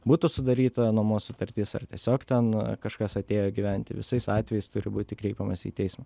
būtų sudaryta nuomos sutartis ar tiesiog ten kažkas atėjo gyventi visais atvejais turi būti kreipiamasi į teismą